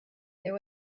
there